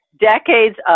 decades